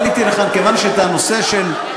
עליתי לכאן כיוון שאת הנושא של,